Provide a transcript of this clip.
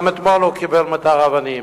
וגם אתמול הוא קיבל מטר אבנים,